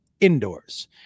indoors